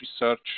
research